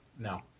No